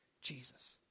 Jesus